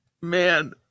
Man